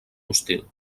hostil